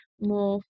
more